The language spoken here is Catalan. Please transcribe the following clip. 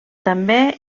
també